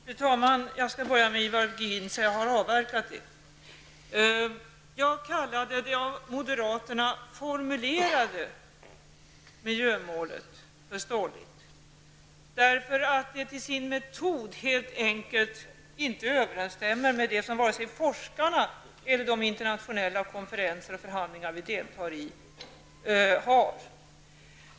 Fru talman! Jag skall börja med att kommentera vad Ivar Virgin senast sade. Jag kallade det av moderaterna formulerade miljömålet stolligt, därför att det till sin metod helt enkelt överensstämmer med det forskarna säger eller resultaten av de internationella konferenser och förhandlingar som vi deltar i.